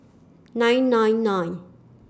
nine nine nine